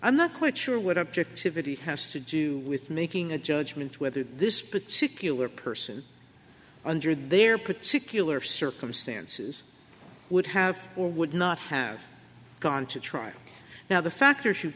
i'm not quite sure what objectivity has to do with making a judgment whether this particular person under their particular circumstances would have or would not have gone to trial now the factor